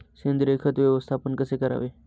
सेंद्रिय खत व्यवस्थापन कसे करावे?